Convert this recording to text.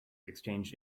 exchanged